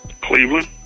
Cleveland